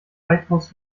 weitaus